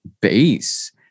base